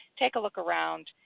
take a look around,